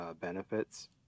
benefits